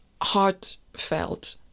heartfelt